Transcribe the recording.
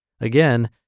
Again